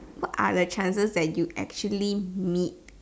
what are the chances that you actually meet